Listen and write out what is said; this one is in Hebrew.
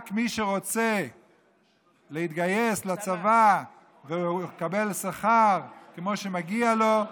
רק מי שרוצה להתגייס לצבא ולקבל שכר כמו שמגיע לו,